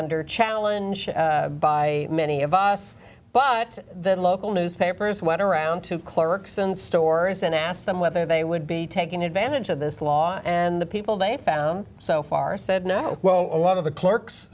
under challenge by many of us seven but the local newspapers went around to clerks in stores and asked them whether they would be taking advantage of this law and the people they found so far said no well a lot of the clerks